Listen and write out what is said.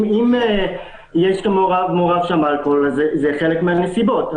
אם מעורב שם אלכוהול, זה חלק מהנסיבות.